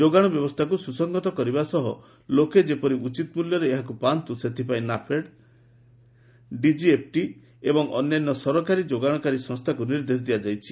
ଯୋଗାଣ ବ୍ୟବସ୍ଥାକୁ ସୁସଂହତ କରିବା ସହ ଲୋକେ ଯେପରି ଉଚିତ ମୂଲ୍ୟରେ ଏହାକୁ ପାଆନ୍ତୁ ସେଥିପାଇଁ ନାଫେଡ଼ ଡିଜିଏଫ୍ଟି ଏବଂ ଅନ୍ୟାନ୍ୟ ସରକାରୀ ଯୋଗାଣକାରୀ ସଂସ୍ଥାକୁ ନିର୍ଦ୍ଦେଶ ଦିଆଯାଇଛି